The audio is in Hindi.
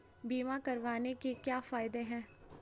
बीमा करवाने के क्या फायदे हैं?